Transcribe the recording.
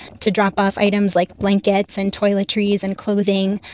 to drop off items like blankets and toiletries and clothing,